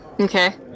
Okay